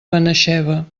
benaixeve